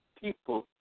people